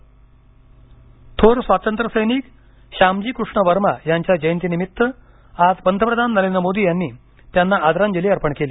जयंती थोर स्वातंत्र्यसैनिक श्यामजी कृष्ण वर्मा यांच्या जयंतीनिमित्त आज पंतप्रधान नरेंद्र मोदी यांनी त्यांना आदरांजली अर्पण केली